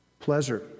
Pleasure